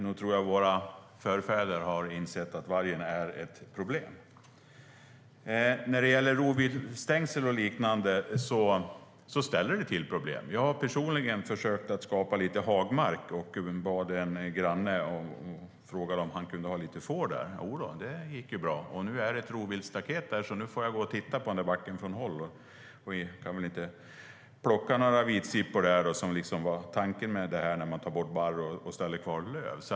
Nog tror jag att våra förfäder har insett att vargen är ett problem. Rovdjursstängsel och liknande ställer till problem. Jag har personligen försökt att skapa lite hagmark och frågade en granne om han kunde ha lite får där. Jodå, det gick bra. Nu är det ett rovdjursstaket där, så nu får jag gå och titta på backen på håll och kommer väl inte att kunna plocka några vitsippor där, som var tanken med att ta bort barrträd och behålla lövträd.